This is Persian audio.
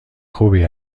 خوبی